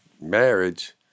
marriage